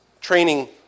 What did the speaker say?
training